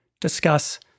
discuss